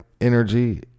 energy